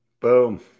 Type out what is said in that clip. boom